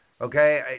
Okay